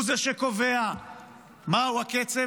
הוא זה שקובע מה הוא הקצב,